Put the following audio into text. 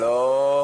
אני לא מכיר,